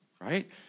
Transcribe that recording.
right